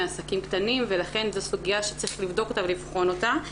מעסקים קטנים ולכן זו סוגיה שצריך לבדוק ולבחון אותה.